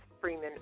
Freeman